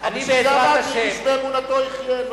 איש באמונתו יחיה.